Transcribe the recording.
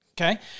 Okay